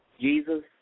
Jesus